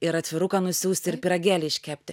ir atviruką nusiųst ir pyragėlį iškepti